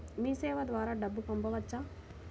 మీసేవ ద్వారా డబ్బు పంపవచ్చా?